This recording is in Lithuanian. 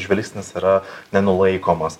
žvilgsnis yra nenulaikomas